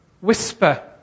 whisper